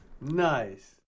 nice